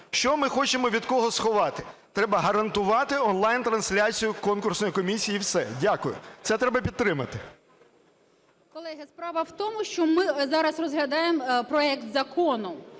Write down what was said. Що ми хочемо від кого сховати? Треба гарантувати онлайн-трансляцію конкурсної комісії і все. Дякую. Це треба підтримати. 16:14:42 ВЕНЕДІКТОВА І.В. Колеги, справа в тому, що ми зараз розглядаємо проект закону.